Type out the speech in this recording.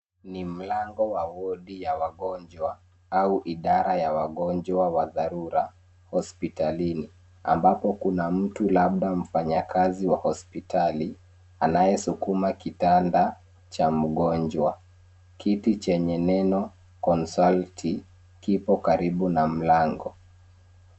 Ni mlango wa wodi ya wagonjwa, au idara ya wagonjwa wa dharura hospitalini. Ambapo kuna mtu, labda mfanyakazi wa hospitali, anayesukuma kitanda cha mgonjwa. Kiti chenye neno Consulting kipo karibu na mlango.